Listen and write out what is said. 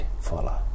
follow